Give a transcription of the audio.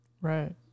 Right